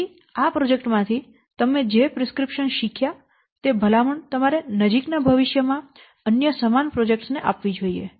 તેથી આ પ્રોજેક્ટ માંથી તમે જે પ્રિસ્ક્રિપ્શન શીખ્યા તે ભલામણ તમારે નજીકના ભવિષ્યમાં અન્ય સમાન પ્રોજેક્ટ્સ ને આપવી જોઈએ